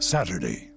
Saturday